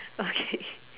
okay